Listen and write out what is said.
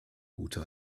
gute